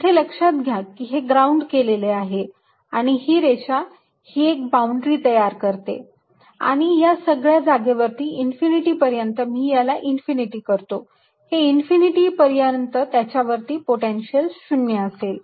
इथे लक्षात घ्या की हे ग्राउंड केलेले आहे आणि ही रेषा ही एक बाउंड्री तयार करते आणि या सगळ्या जागेवरती इन्फिनिटी पर्यंत मी याला इन्फिनिटी करतो हे इन्फिनिटी पर्यंत त्याच्यावरती पोटेन्शियल 0 असेल